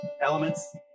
elements